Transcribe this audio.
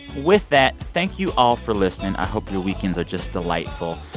with that, thank you all for listening. i hope your weekends are just delightful.